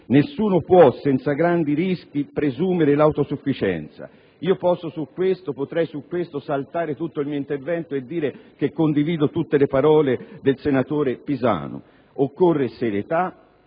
Nessuno può, senza grandi rischi, presumere l'autosufficienza. Al riguardo potrei saltare il mio intervento e dire che condivido tutte le parole del senatore Pisanu: occorre serietà,